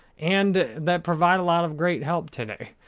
and that provide a lot of great help today.